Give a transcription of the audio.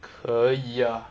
可以呀